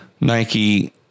Nike